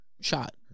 shot